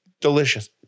Delicious